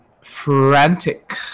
Frantic